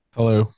Hello